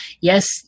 Yes